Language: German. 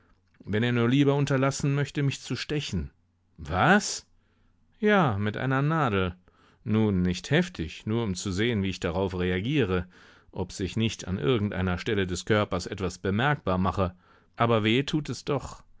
wenn er nur lieber unterlassen möchte mich zu stechen was ja mit einer nadel nun nicht heftig nur um zu sehen wie ich darauf reagiere ob sich nicht an irgendeiner stelle des körpers etwas bemerkbar mache aber weh tut es doch